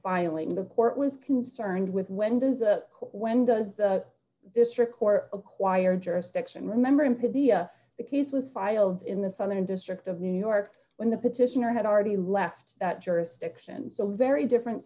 filing the court was concerned with when does a when does the district court acquire jurisdiction remember in pedia the case was filed in the southern district of new york when the petitioner had already left that jurisdiction so very different